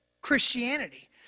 Christianity